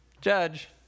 Judge